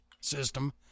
system